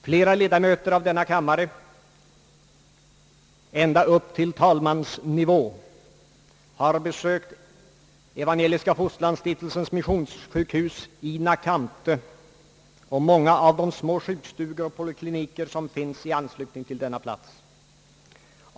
Många ledamöter av denna kammare ända upp till talmansnivå har besökt Evangeliska fosterlandsstiftelsens missionssjukhus i Nakamte och många av de små sjukstugor och polikliniker som finns i anslutning till denna plats.